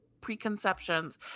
preconceptions